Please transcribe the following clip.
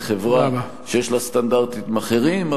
וחברה שיש לה סטנדרטים אחרים,